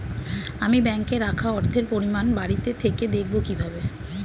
আমি ব্যাঙ্কে রাখা অর্থের পরিমাণ বাড়িতে থেকে দেখব কীভাবে?